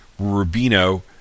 Rubino